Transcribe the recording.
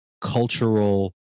cultural